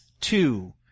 two